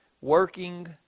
working